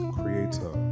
creator